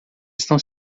estão